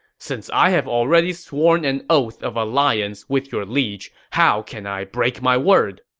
since i have already sworn an oath of alliance with your liege, how can i break my word?